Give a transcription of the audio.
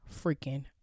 freaking